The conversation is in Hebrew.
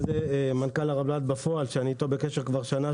מנכ"ל הרלב"ד בפועל שאני איתו בקשר כבר שנה.